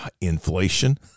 inflation